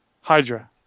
Hydra